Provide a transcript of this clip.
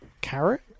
Carrot